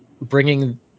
bringing